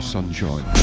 Sunshine